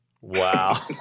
Wow